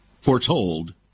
foretold